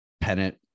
pennant